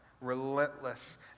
relentless